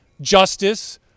Justice